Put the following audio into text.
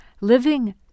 Living